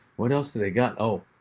what else do they got? oh,